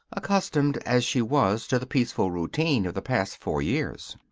accustomed as she was to the peaceful routine of the past four years.